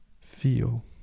feel